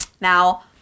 Now